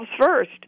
first